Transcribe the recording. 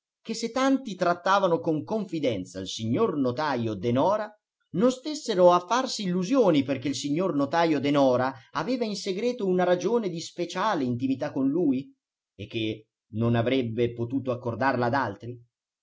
che se tanti trattavano con confidenza il signor notajo denora non stessero a farsi illusioni perché il signor notajo denora aveva in segreto una ragione di speciale intimità con lui e non avrebbe potuto accordarla ad altri